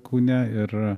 kaune ir